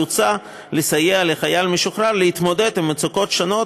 יוצע לסייע לחייל משוחרר להתמודד עם מצוקות שונות,